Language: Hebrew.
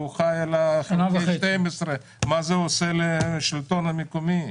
הוא חי על חלקי 12. מה זה עושה לשלטון המקומי?